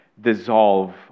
dissolve